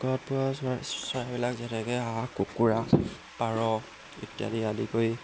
ঘৰত পোহা চৰাইবিলাক যেনেকৈ হাঁহ কুকুৰা পাৰ ইত্যাদি আদি কৰি